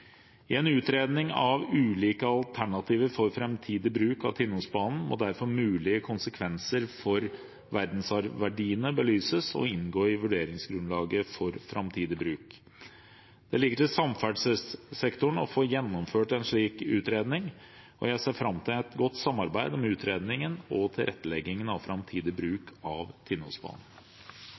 I en utredning av ulike alternativer for framtidig bruk av Tinnosbanen må derfor mulige konsekvenser for verdensarvverdiene belyses og inngå i vurderingsgrunnlaget for framtidig bruk. Det ligger til samferdselssektoren å få gjennomført en slik utredning, og jeg ser fram til et godt samarbeid om utredningen og tilretteleggingen av framtidig bruk av Tinnosbanen.